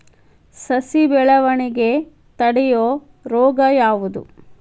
ಸಸಿ ಬೆಳವಣಿಗೆ ತಡೆಯೋ ರೋಗ ಯಾವುದು?